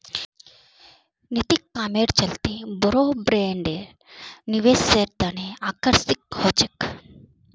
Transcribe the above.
नैतिक कामेर चलते बोरो ब्रैंड निवेशेर तने आकर्षित ह छेक